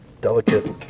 delicate